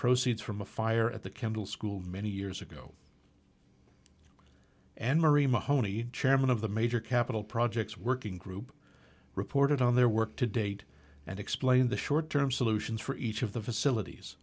proceeds from a fire at the kendall school many years ago and marie mahoney chairman of the major capital projects working group reported on their work to date and explain the short term solutions for each of the facilities